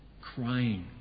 crying